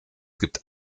gibt